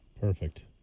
Perfect